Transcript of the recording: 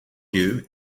you